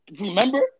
Remember